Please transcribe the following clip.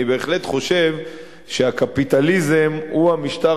אני בהחלט חושב שהקפיטליזם הוא המשטר